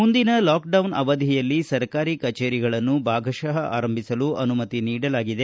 ಮುಂದಿನ ಲಾಕ್ಡೌನ್ ಅವಧಿಯಲ್ಲಿ ಸರ್ಕಾರಿ ಕಚೇರಿಗಳನ್ನು ಭಾಗಶಃ ಆರಂಭಿಸಲು ಅನುಮತಿ ನೀಡಲಾಗಿದೆ